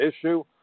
issue